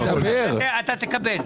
אתה תקבל.